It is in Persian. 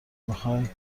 میخوای